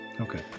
Okay